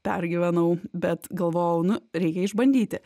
pergyvenau bet galvojau nu reikia išbandyti